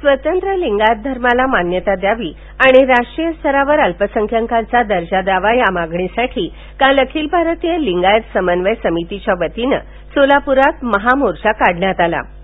स्वतंत्र लिगायत धर्माला मान्यता द्यावी आणि राष्ट्रीय स्तरावर अल्पसंख्याकाचा दर्जा द्यावा या मागणी साठी काल अखिल भारतीय लिंगायत समन्वय समितीच्या वतीनं सोलापूरात महामोर्चा काढण्यात आला होता